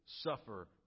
suffer